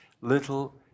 little